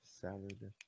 salad